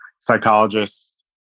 psychologists